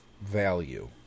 value